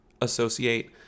associate